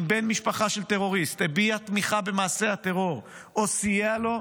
אם בן משפחה של טרוריסט הביע תמיכה במעשה הטרור או סייע לו,